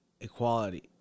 equality